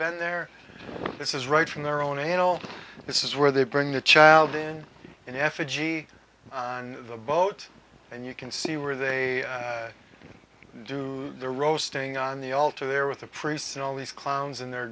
been there this is right from their own and this is where they bring the child in an effigy on the boat and you can see where they do the roasting on the altar there with the priests and all these clowns in the